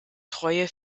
treue